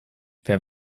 wer